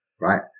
Right